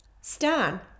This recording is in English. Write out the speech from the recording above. Stan